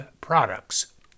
products